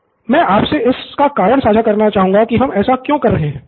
pro बाला मैं आपसे इसका कारण साझा करना चाहूँगा कि हम ऐसा क्यों कर रहे हैं